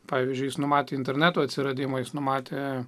pavyzdžiui jis numatė interneto atsiradimą jis numatė